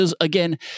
again